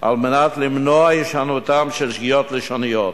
כדי למנוע הישנותן של שגיאות לשוניות.